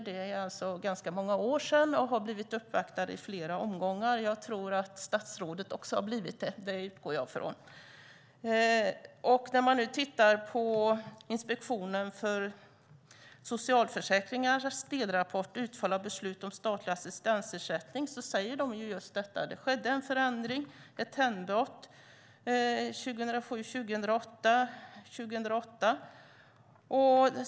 Det är alltså ganska många år sedan, och vi har blivit uppvaktade i flera omgångar. Jag tror att statsrådet också har blivit det. Det utgår jag ifrån. När man nu tittar på Inspektionen för socialförsäkringens delrapport Utfall av beslut om statlig assistansersättning säger de just detta. Det skedde en förändring, ett trendbrott 2007-2008.